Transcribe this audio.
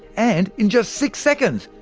and in just six seconds!